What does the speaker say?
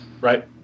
Right